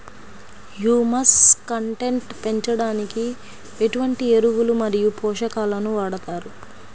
Humus content పెంచడానికి ఎటువంటి ఎరువులు మరియు పోషకాలను వాడతారు?